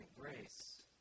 grace